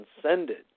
transcended